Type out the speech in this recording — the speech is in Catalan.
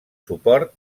suport